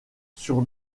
sur